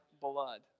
blood